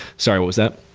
sorry, what was that?